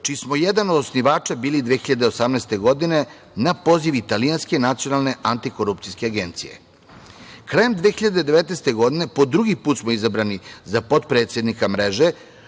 čiji smo jedan od osnivača bili 2018. godine, na poziv Italijanske nacionalne antikorupcijske agencije. Krajem 2019. godine po drugi put smo izabrani za potpredsednika mreže